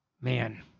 Man